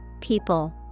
people